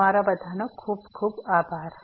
અને ખૂબ ખૂબ આભાર